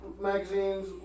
magazines